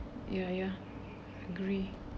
ya ya agree